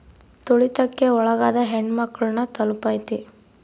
ತುಳಿತಕ್ಕೆ ಒಳಗಾದ ಹೆಣ್ಮಕ್ಳು ನ ತಲುಪೈತಿ